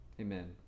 Amen